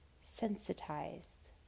sensitized